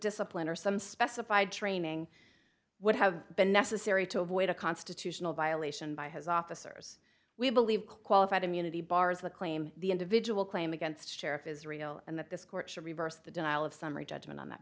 discipline or some specified training would have been necessary to avoid a constitutional violation by his officers we believe qualified immunity bars the claim the individual claim against sheriff is real and that this court to reverse the denial of summary judgment on that